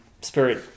spirit